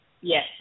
Yes